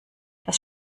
das